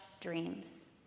dreams